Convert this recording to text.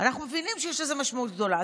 אנחנו מבינים שיש לזה משמעות גדולה.